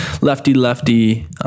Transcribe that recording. lefty-lefty